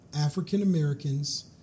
african-americans